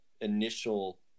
initial